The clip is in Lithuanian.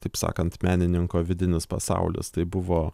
taip sakant menininko vidinis pasaulis tai buvo